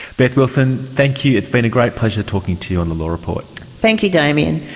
beth wilson, thank you. it's been a great pleasure talking to you on the law report. thank you damien.